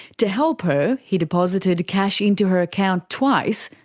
to help her, he deposited cash into her account twice,